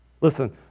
Listen